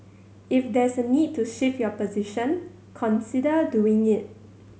if there's a need to shift your position consider doing it